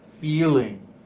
feeling